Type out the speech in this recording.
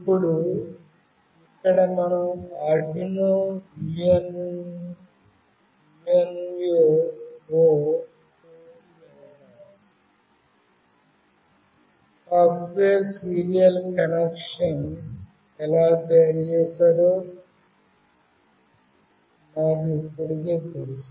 ఇప్పుడు ఇక్కడ మనం ఆర్డునో UNO కోడ్ కు వెళ్లుదాం సాఫ్ట్వేర్ సీరియల్ కనెక్షన్ను ఎలా తయారు చేయాలో మాకు ఇప్పటికే తెలుసు